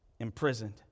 imprisoned